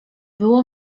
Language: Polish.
było